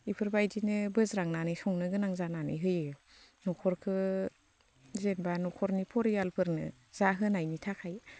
इफोरबायदिनो बोज्रांनानै संनो गोनां जानानै होयो न'खरखो जेन'बा न'खरनि फरियालफोरनो जाहोनायनि थाखाय